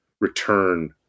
return